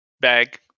bag